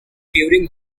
during